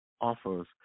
offers